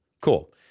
cool